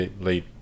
late